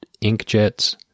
inkjets